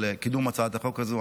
על קידום הצעת החוק הזו.